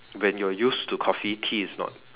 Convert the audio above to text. when you're used to coffee tea is not